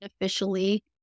officially